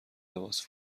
لباس